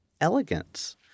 elegance